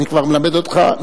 אני כבר מלמד אותך,